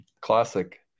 Classic